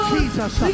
Jesus